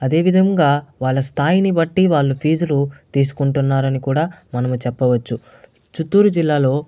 అదే విధంగా వాళ్ళ స్థాయిని బట్టి వాళ్ళ ఫీజులు తీసుకుంటున్నారు అని కూడా మనం చెప్పవచ్చు చిత్తూరు జిల్లాలో